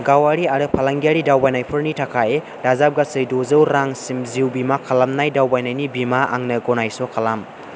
गावारि आरो फालांगियारि दावबायनायफोरनि थाखाय दाजाबगासै दजौ रांसिम जिउ बीमा खालामनाय दावबायनायनि बीमा आंनो गनायस' खालाम